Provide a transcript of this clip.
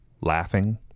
laughing